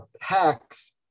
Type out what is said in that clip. Hacks